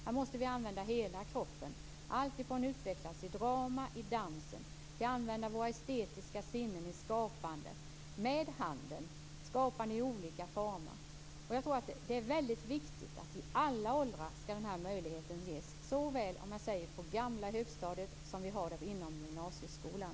Här måste vi använda hela kroppen, i allt från drama till dans, med användning av våra estetiska sinnen i olika former med handen. Jag tror att det är väldigt viktigt att denna möjlighet ges i alla åldrar, såväl så att säga på det gamla högstadiet som inom gymnasieskolan.